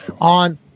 on